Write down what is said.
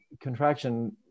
contraction